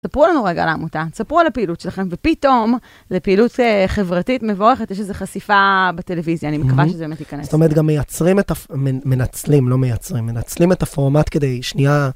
ספרו לנו רגע על העמותה, ספרו על הפעילות שלכם, ופתאום לפעילות חברתית מבורכת, יש איזו חשיפה בטלוויזיה, אני מקווה שזה באמת ייכנס. זאת אומרת, גם מייצרים את ה... מנצלים, לא מייצרים, מנצלים את הפורמט כדי שנייה...